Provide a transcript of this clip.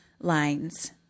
lines